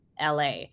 LA